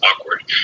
awkward